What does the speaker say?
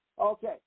Okay